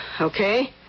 Okay